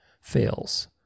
fails